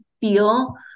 feel